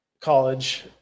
college